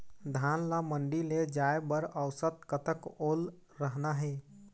धान ला मंडी ले जाय बर औसत कतक ओल रहना हे?